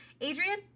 Adrian